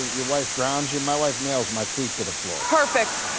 your wife grounds you. my wife nails my feet to the floor. perfect.